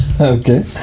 Okay